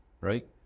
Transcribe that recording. Right